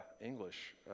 English